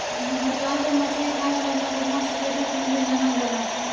घड़ियाल के मछरी खाए वाला मगरमच्छ के रूप में भी जानल जाला